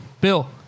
Bill